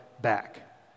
back